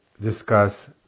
discuss